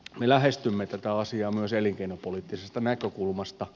me lähestymme tätä asiaa myös elinkeinopoliittisesta näkökulmasta